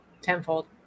tenfold